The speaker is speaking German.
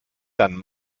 dann